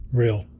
real